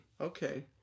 Okay